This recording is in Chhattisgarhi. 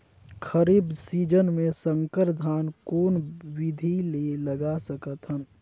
खरीफ सीजन मे संकर धान कोन विधि ले लगा सकथन?